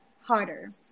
harder